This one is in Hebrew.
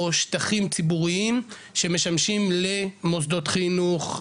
שטחים ציבוריים שמשמשים למוסדות חינוך,